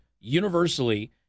universally